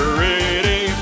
ready